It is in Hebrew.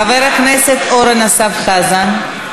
חבר הכנסת אורן אסף חזן,